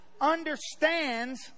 understands